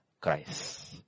Christ